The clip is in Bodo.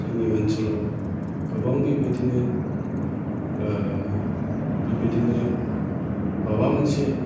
जोंनि ओनसोलाव गोबां बेबायदिनो बेबायदिनो माबा मोनसे